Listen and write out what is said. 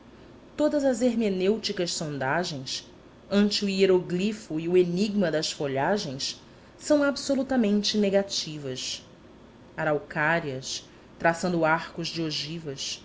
todas as hermenêuticas sondagens ante o hieroglifo e o enigma das folhagens são absolutamente negativas araucárias traçando arcos de